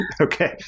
Okay